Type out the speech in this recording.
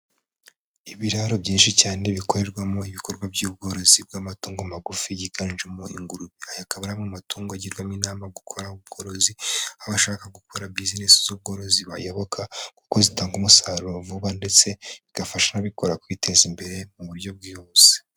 Ibiraro byinshi cyane bikorerwamo ibikorwa by'ubworozi bw'amatungo magufi yiganjemo ingurube. aya aka ari amwe matungo agirwamo inama gukoraho ubworozi abashaka gukora bizinesi z'ubworozi bayoboka kuko zitanga umusaruro vuba ndetse bigafasha abikora kwiteza imbere mu buryo bwihuse.